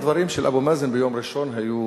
הדברים של אבו מאזן ביום ראשון היו